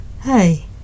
Hey